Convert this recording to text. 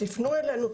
תפנו אלינו,